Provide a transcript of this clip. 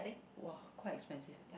!wah! quite expensive